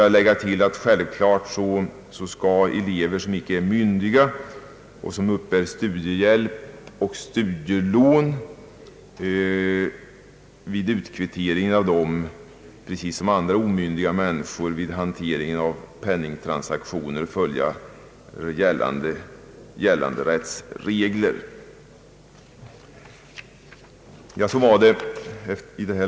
Jag vill tillägga att elever som inte är myndiga vid utkvitteringen av studiehjälp och studielån självklart skall pricis som andra omyndiga vid penningtransaktioner följa gällande rättsregler.